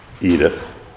Edith